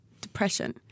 depression